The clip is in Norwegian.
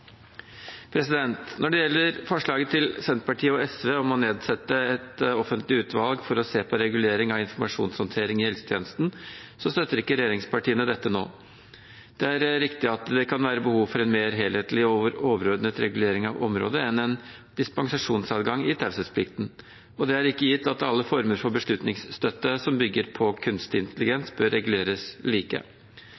Når det gjelder forslaget til Senterpartiet og SV om å nedsette et offentlig utvalg for å se på regulering av informasjonshåndtering i helsetjenesten, støtter ikke regjeringspartiene dette nå. Det er riktig at det kan være behov for en mer helhetlig og overordnet regulering av området enn en dispensasjonsadgang i taushetsplikten, og det er ikke gitt at alle former for beslutningsstøtte som bygger på